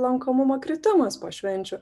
lankomumo kritimas po švenčių